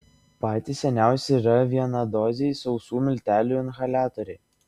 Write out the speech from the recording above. patys seniausi yra vienadoziai sausų miltelių inhaliatoriai